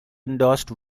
endorsed